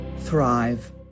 thrive